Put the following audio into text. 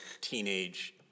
teenage